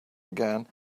again